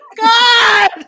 God